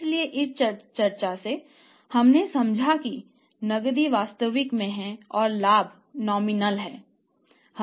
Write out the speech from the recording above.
इसलिए इस चर्चा से हमने समझा कि नकदी वास्तविक है और लाभ नाममात्र है